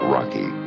Rocky